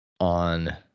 on